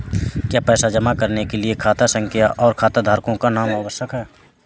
क्या पैसा जमा करने के लिए खाता संख्या और खाताधारकों का नाम आवश्यक है?